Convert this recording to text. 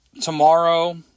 Tomorrow